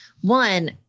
one